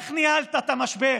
איך ניהלת את המשבר